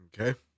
Okay